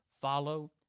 follow